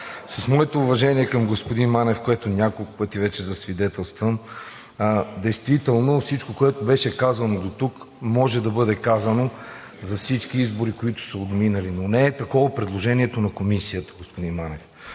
С моите уважения към господин Манев, които няколко пъти вече засвидетелствам, действително всичко, което беше казано дотук, може да бъде казано за всички избори, които са отминали. Но не е такова предложението на комисията, господин Манев.